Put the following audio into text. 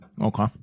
Okay